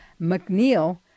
McNeil